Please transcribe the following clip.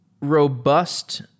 robust